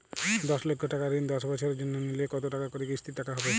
দশ লক্ষ টাকার ঋণ দশ বছরের জন্য নিলে কতো টাকা করে কিস্তির টাকা হবে?